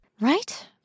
Right